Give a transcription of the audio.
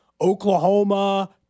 Oklahoma